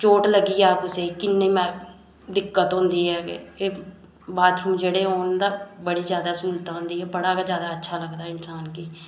चोट लग्गी जा कुसे गी किन्नी दिक्कत होंदी ऐ ते बाथरूम जेह्ड़े होन उंदा बड़ी स्हूलतां होंदी ऐ बड़ा के ज्यादा अच्छा लगदा इंसान गी